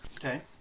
Okay